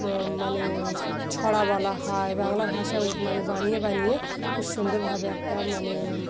মানে ছড়া বলা হয় বাংলা ভাষা মানে বানিয়ে বানিয়ে খুব সুন্দরভাবে একটা মানে